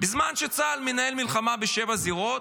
בזמן שצה"ל מנהל מלחמה בשבע זירות,